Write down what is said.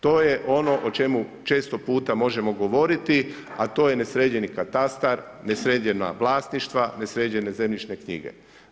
To je ono o čemu često puta možemo govoriti, a to je nesređeni katastar, nesređena vlasništva, nesređene zemljišne knjige.